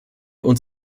uns